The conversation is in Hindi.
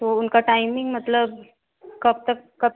तो उनका टाइमिंग मतलब कब तक कब